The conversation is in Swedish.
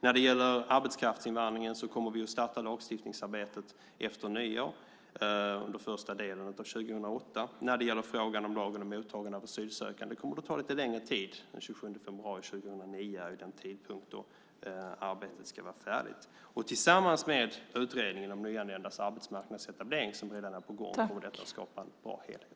När det gäller arbetskraftsinvandringen kommer vi att starta lagstiftningsarbetet efter nyår under första delen av 2008. När det gäller frågan om lagen om mottagande av asylsökande kommer det att ta lite längre tid. Den 27 februari 2009 är den tidpunkt då arbetet ska vara färdigt. Tillsammans med utredningen om nyanländas arbetsmarknadsetablering som redan är på gång går det att skapa en bra helhet.